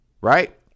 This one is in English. right